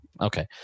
Okay